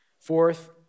Fourth